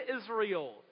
Israel